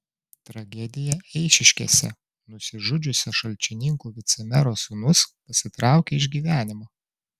tragedija eišiškėse nusižudžiusio šalčininkų vicemero sūnus pasitraukė iš gyvenimo